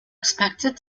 expected